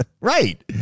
right